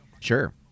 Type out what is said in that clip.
Sure